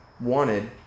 wanted